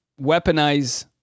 weaponize